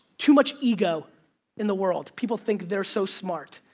too much ego in the world, people think they are so smart,